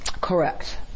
Correct